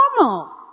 normal